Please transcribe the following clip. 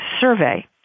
survey